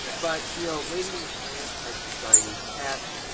yeah but, you know, lady and the tramp has the siamese cats,